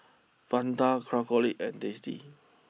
Fanta Craftholic and tasty